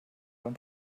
und